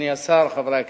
אדוני השר, חברי הכנסת,